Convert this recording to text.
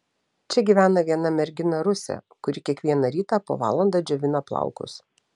čia gyvena viena mergina rusė kuri kiekvieną rytą po valandą džiovina plaukus